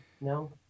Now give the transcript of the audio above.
No